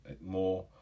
more